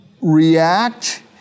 react